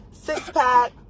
six-pack